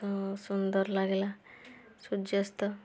ସୁନ୍ଦର ଲାଗିଲା ସୂର୍ଯ୍ୟାସ୍ତ